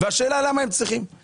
השאלה למה הם צריכים להיות שם.